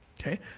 Okay